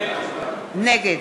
נגד